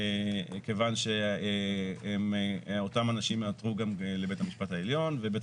כיוון שאותם אנשים עתרו גם לבית המשפט העליון ובית